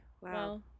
Wow